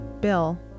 Bill